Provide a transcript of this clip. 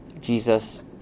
Jesus